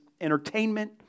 entertainment